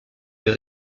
des